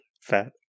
fat